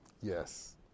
Yes